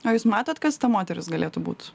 o jūs matot kas ta moteris galėtų būt